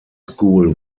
school